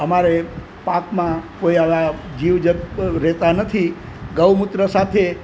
અમારે પાકમાં કોઈ આવા જીવજંતુઓ રહેતાં નથી ગૌમૂત્ર સાથે